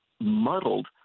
muddled